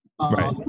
right